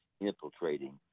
infiltrating